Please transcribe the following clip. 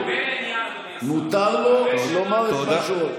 אדוני השר, מותר לו לומר את מה שהוא רוצה.